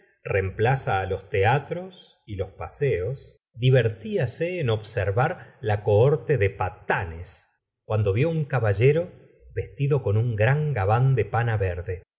á los teatros y los paseos divertíase en observar la cohorte de patanes cuando vió un caballero vestido con un gran ga lokke de pana verde